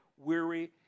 weary